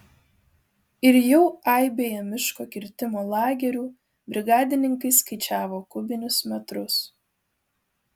ir jau aibėje miško kirtimo lagerių brigadininkai skaičiavo kubinius metrus